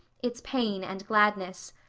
its pain and gladness.